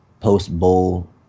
post-bowl